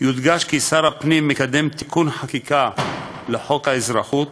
יודגש כי שר הפנים מקדם תיקון חקיקה לחוק האזרחות,